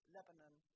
Lebanon